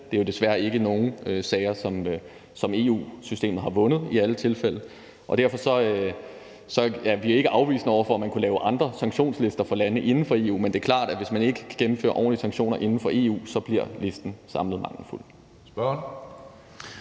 Det er jo desværre ikke nogle sager, som EU-systemet har vundet i alle tilfælde. Vi er derfor ikke afvisende over for, at man kunne lave andre sanktionslister for lande inden for EU. Men det er klart, at hvis man ikke gennemfører ordentlige sanktioner inden for EU, så bliver listen samlet set mangelfuld. Kl.